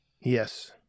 Yes